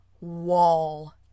wall